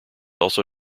also